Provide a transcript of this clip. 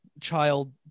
child